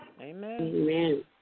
Amen